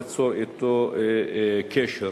ליצור אתו קשר.